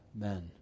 men